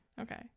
Okay